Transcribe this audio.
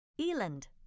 Eland